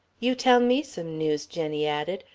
you tell me some news, jenny added.